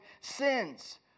sins